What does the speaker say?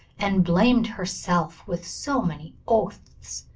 and blamed herself with so many oaths,